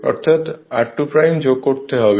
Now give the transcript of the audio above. অর্থাৎ r2 যোগ করতে হবে